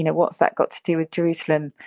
what's that got to do with jerusalem?